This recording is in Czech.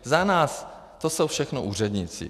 Za nás to jsou všechno úředníci.